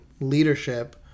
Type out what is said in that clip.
leadership